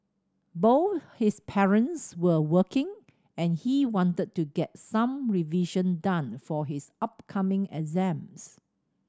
both his parents were working and he wanted to get some revision done for his upcoming exams